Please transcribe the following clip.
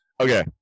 okay